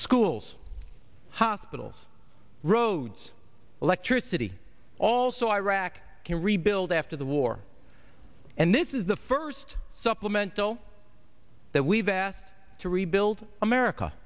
schools hospitals roads electricity also iraq can rebuild after the war and this is the first supplemental that we've asked to rebuild america